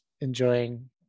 enjoying